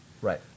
Right